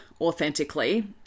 authentically